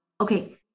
okay